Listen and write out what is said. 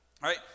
right